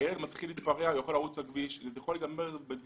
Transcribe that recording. הילד מתחיל להתפרע והוא יכול לרוץ לכביש וזה יכול להיגמר בדברים